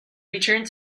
returned